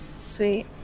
Sweet